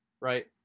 right